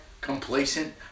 complacent